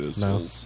No